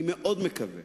אני מאוד מקווה